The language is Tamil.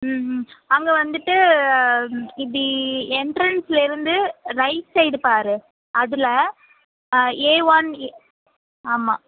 ம் ம் அங்கே வந்துவிட்டு இப்படி எண்ட்ரன்ஸ்லருந்து ரைட் சைடு பார் அதில் ஏ ஒன் ஏ ஆமாம்